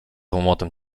łomotem